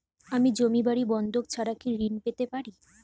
আমি জমি বাড়ি বন্ধক ছাড়া কি ঋণ পেতে পারি?